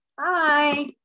Hi